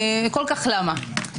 כל כך למה.